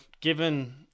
given